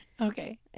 Okay